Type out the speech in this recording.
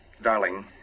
Darling